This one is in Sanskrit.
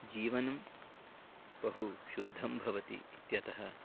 जीवनं बहु शुद्धं भवति इत्यतः